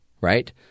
right